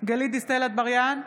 גלית דיסטל אטבריאן,